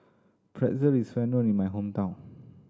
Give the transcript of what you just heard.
pretzel is well known in my hometown